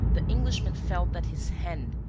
the englishman felt that his hand,